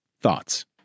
thoughts